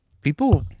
people